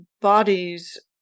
bodies